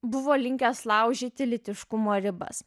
buvo linkęs laužyti lytiškumo ribas